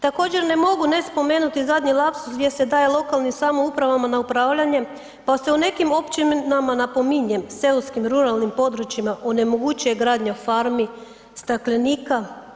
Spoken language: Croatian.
Također ne mogu ne spomenuti zadnji lapsus gdje se daje lokalnim samoupravama na upravljanje pa se u nekim općinama napominjem seoskim ruralnim područjima onemogućuje gradnja farmi, staklenika.